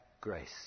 grace